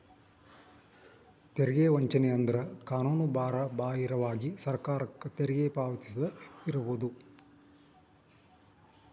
ತೆರಿಗೆ ವಂಚನೆ ಅಂದ್ರ ಕಾನೂನುಬಾಹಿರವಾಗಿ ಸರ್ಕಾರಕ್ಕ ತೆರಿಗಿ ಪಾವತಿಸದ ಇರುದು